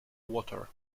water